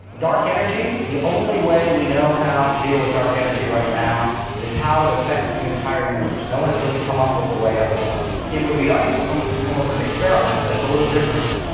dark energy, the only way we know how to deal with dark energy right now is how it affects the entire universe. no one has really come up with a way otherwise. it would be nice if someone could come up with an experiment that's a little different,